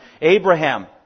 Abraham